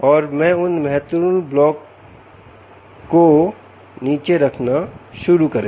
और मैं उन महत्वपूर्ण ब्लॉक तो नीचे रखना शुरू करें